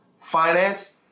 finance